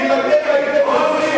400 ילדים.